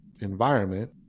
environment